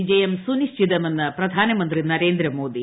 വിജയം സുനിശ്ചിതമെന്ന് പ്രധാനമന്ത്രി നരേന്ദ്രമോദി